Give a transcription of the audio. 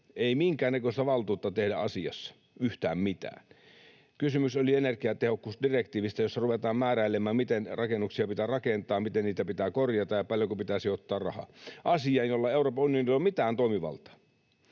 ei minkäännäköistä valtuutta tehdä asiassa yhtään mitään. Nyt kysymys oli energiatehokkuusdirektiivistä, jossa ruvetaan määräilemään, miten rakennuksia pitää rakentaa, miten niitä pitää korjata ja paljonko pitäisi ottaa rahaa — asia, jossa Euroopan unionilla ei ole mitään toimivaltaa.